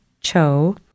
Cho